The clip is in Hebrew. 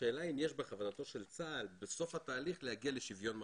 השאלה אם יש בכוונתו של צה"ל בסוף התהליך להגיע לשוויון מלא.